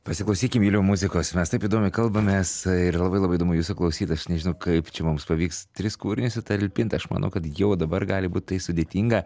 pasiklausykim juliau muzikos mes taip įdomiai kalbamės ir labai labai įdomu jūsų klausyt aš nežinau kaip čia mums pavyks tris kūrinius sutalpint aš manau kad jau dabar gali būt tai sudėtinga